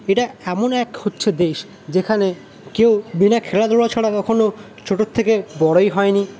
এটা এমন এক হচ্ছে দেশ যেখানে কেউ বিনা খেলা ধুলো ছাড়া কখনো ছোটোর থেকে বড়োই হয় নি